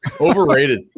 Overrated